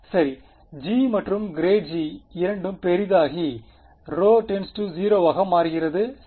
மாணவர் சரி g மற்றும் ∇g இரண்டும் பெரிதாகி ρ 0 ஆக மாறுகிறது சரி